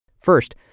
First